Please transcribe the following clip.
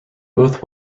both